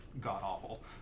god-awful